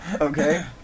Okay